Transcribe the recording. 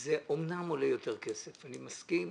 זה אמנם עולה יותר כסף, אני מסכים,